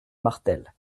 martel